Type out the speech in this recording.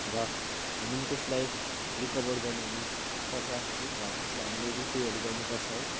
र हामीले त्यसलाई रिकभर गर्नुहुने पर्छ त्यसलाई हामीले रिपेहरू गर्नु पर्छ है